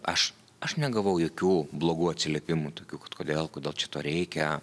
aš aš negavau jokių blogų atsiliepimų tokių kad kodėl kodėl čia to reikia